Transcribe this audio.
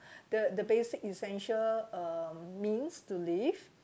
the the basic essential uh means to live